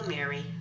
Mary